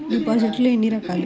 డిపాజిట్లు ఎన్ని రకాలు?